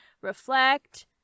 reflect